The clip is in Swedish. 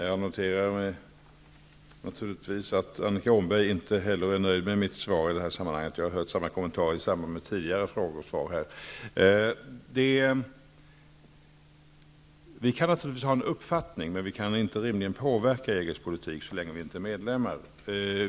Fru talman! Jag noterar att inte heller Annika Åhnberg är nöjd med mitt svar. Jag har hört samma kommentar här i samband med tidigare frågor. Vi kan givetvis ha en uppfattning, men vi kan rimligtvis inte påverka EG:s politik så länge vi inte är medlemmar.